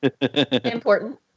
important